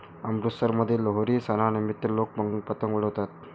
अमृतसरमध्ये लोहरी सणानिमित्त लोक पतंग उडवतात